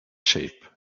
shape